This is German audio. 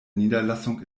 niederlassung